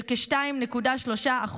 של כ-2.3%,